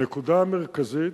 הנקודה המרכזית,